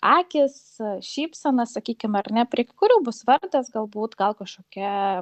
akys šypsena sakykim ar ne prie kurių bus vardas galbūt gal kažkokia